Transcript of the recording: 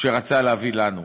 שרצה להביא לנו